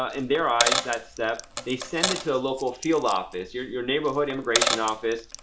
ah in their eyes that step, they send it to a local field office, your your neighborhood immigration office,